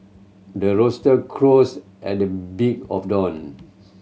the rooster crows at the beat of dawn